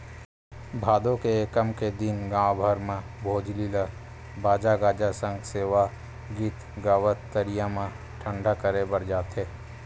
भादो के एकम के दिन गाँव भर म भोजली ल बाजा गाजा सग सेवा गीत गावत तरिया म ठंडा करे बर जाथे